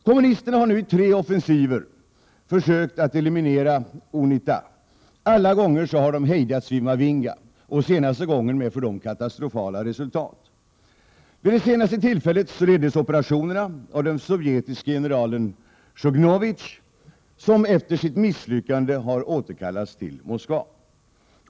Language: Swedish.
Kommunisterna har nu i tre offensiver försökt att eliminera UNITA, och alla gånger har de hejdats vid Mavinga, senaste gången med för dem katastrofala resultat. Vid det senaste tillfället leddes operationerna av den sovjetiske generalen Shognovitch, som efter sitt misslyckande har återkallats till Moskva.